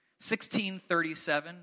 1637